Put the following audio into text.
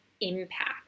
impact